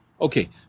Okay